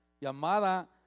llamada